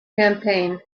campaign